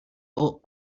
oat